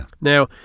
Now